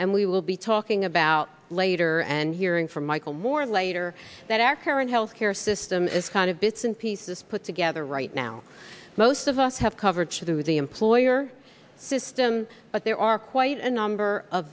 and we will be talking about later and hearing from michael moore later that our current health care system is kind of bits and pieces put together right now most of us have coverage through the employer system but there are quite a number of